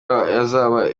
yazaba